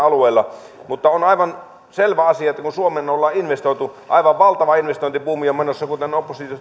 alueillamme mutta on aivan selvä asia että kun suomeen ollaan investoitu aivan valtava investointibuumi on menossa kuten